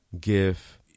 give